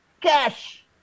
Cash